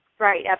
Right